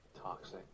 Toxic